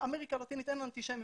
שבאמריקה הלטינית אין אנטישמיות,